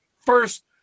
first